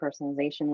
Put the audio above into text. personalization